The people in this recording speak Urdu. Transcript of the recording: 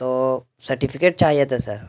تو سرٹیفکیٹ چاہیے تھا سر